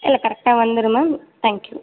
இல்லை கரெக்டாக வந்துடும் மேம் தேங்க்யூ